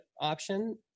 option